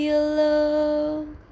alone